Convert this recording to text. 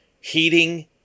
Heating